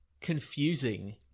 confusing